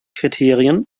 kriterien